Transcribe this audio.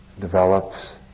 develops